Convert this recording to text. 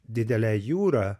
didelę jūrą